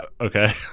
okay